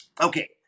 Okay